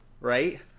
Right